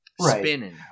spinning